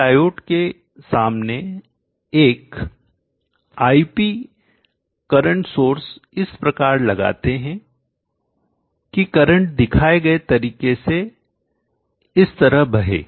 हम डायोड के सामने एक ip करंट सोर्स इस प्रकार लगाते हैं कि करंट दिखाए गए तरीके से इस तरह बहे